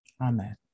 Amen